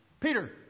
Peter